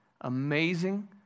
amazing